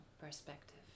perspective